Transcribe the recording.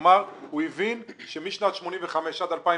כלומר, הוא הבין שמשנת 1985 עד 2009,